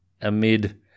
amid